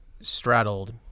straddled